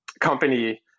company